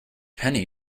penny